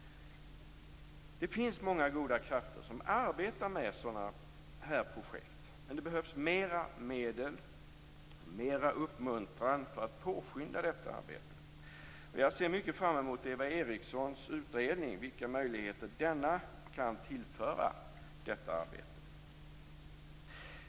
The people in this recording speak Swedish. Det finns många goda krafter som arbetar med sådana här projekt, men det behövs mera medel, mera uppmuntran för att påskynda detta arbete. Jag ser fram mot Eva Erikssons utredning och vilka möjligheter denna kan tillföra detta arbete.